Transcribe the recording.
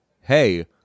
hey